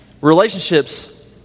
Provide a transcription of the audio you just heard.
relationships